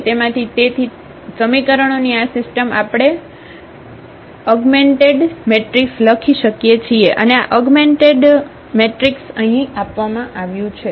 તેથી તેમાંથી સમીકરણોની આ સિસ્ટમ આપણે આ અગમેન્ટેડ મેટ્રિક્સ લખી શકીએ છીએ અને આ અગમેન્ટેડ મેટ્રિક્સ અહીં આપવામાં આવ્યું છે